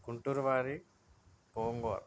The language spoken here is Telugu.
గుంటూరు వారి గోంగూర